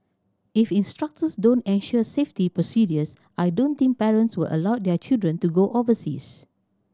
if instructors don't ensure safety procedures I don't think parents will allow their children to go overseas